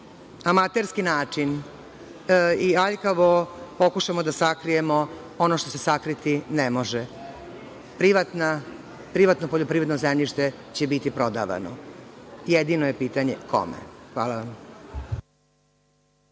amaterski način i aljkavo pokušamo da sakrijemo ono što se sakriti ne može. Privatno poljoprivredno zemljište će biti prodavano. Jedino je pitanje – kome? Hvala.